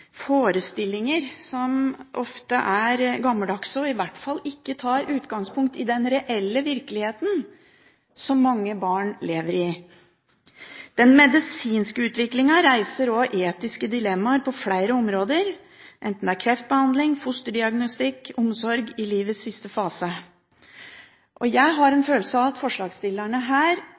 forestillinger som ofte er gammeldagse, og som i hvert fall ikke tar utgangspunkt i den reelle virkeligheten som mange barn lever i. Den medisinske utviklingen reiser også etiske dilemmaer på flere områder, enten det er kreftbehandling, fosterdiagnostikk eller omsorg i livets siste fase. Jeg har en følelse av at forslagsstillerne her